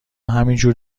همینجور